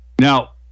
Now